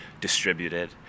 distributed